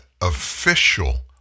official